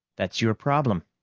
that's your problem,